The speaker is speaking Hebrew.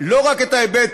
לא רק את ההיבט